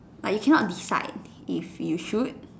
like you cannot decide if you should